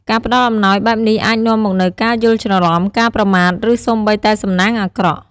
ការផ្តល់អំណោយបែបនេះអាចនាំមកនូវការយល់ច្រឡំ ការប្រមាថ ឬសូម្បីតែសំណាងអាក្រក់។